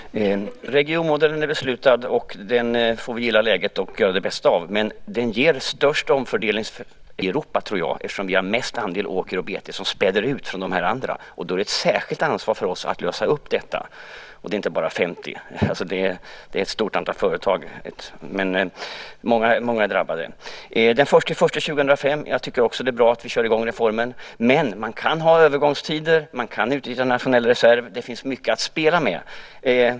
Fru talman! Regionmodellen är beslutad. Vi får gilla läget och göra det bästa av den, men den ger störst omfördelningseffekter i Europa, tror jag, eftersom vi har störst andel åker och bete som späder ut det andra. Då är det ett särskilt ansvar för oss att lösa detta. Och det är inte bara 50. Det är ett stort antal företag. Många är drabbade. Jag tycker också att det är bra att vi kör i gång reformen den 1 januari 2005. Men man kan tillämpa övergångstider. Man kan utnyttja nationell reserv. Det finns mycket att spela med.